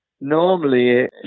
normally